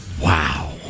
Wow